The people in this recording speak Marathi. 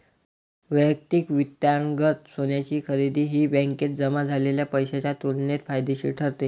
वैयक्तिक वित्तांतर्गत सोन्याची खरेदी ही बँकेत जमा झालेल्या पैशाच्या तुलनेत फायदेशीर ठरते